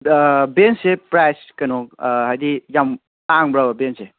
ꯚꯦꯟꯁꯁꯦ price ꯀꯩꯅꯣ ꯍꯥꯏꯗꯤ ꯌꯥꯝ ꯇꯥꯡꯕ꯭ꯔꯥꯕ ꯚꯦꯟꯁꯁꯦ